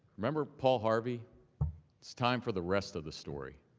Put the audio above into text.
remember paul harvey? it is time for the rest of the story.